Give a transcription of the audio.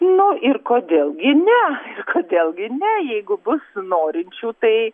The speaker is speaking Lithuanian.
nu ir kodėl gi ne kodėl gi ne jeigu bus norinčių tai